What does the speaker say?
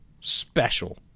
special